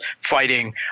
fighting